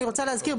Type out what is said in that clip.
אני רוצה להזכיר,